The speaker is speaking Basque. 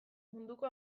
munduko